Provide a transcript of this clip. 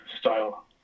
style